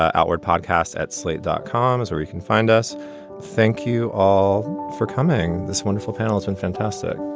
our podcast at slate dot com is where you can find us thank you all for coming. this wonderful panel, it's been fantastic,